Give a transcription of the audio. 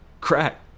Crack